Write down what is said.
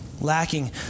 Lacking